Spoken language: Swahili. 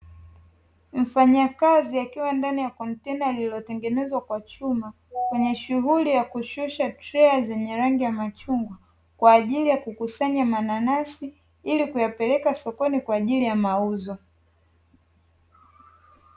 Mfanyakazi akiwa ndani ya kontena lililotengenezwa kwa chuma, kwenye shughuli ya kushusha treya zenye rangi ya machungwa, kwa ajili ya kukusanya mananasi, ili kuyapeleka sokoni kwa ajili ya mauzo.